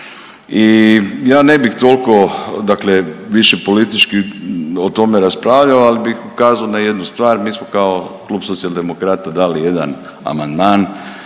I ja ne bih toliko, dakle više politički o tome raspravljao ali bih ukazao na jednu stvar. Mi smo kao Klub Socijaldemokrata dali jedan amandman